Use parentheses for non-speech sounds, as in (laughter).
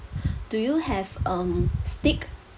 (breath) do you have um steak